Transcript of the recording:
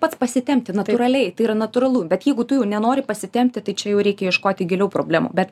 pats pasitempti natūraliai tai yra natūralu bet jeigu tu jau nenori pasitempti tai čia jau reikia ieškoti giliau problemų bet